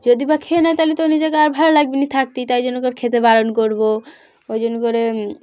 যদি বা খেয়ে নেয় তাহলে তো নিজেকে আর ভালো লাগবে না থাকতে তাই জন্য করে খেতে বারণ করব ওই জন্য করে